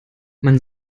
man